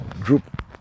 group